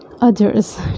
Others